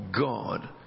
God